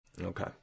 Okay